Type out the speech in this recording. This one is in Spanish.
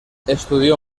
estudió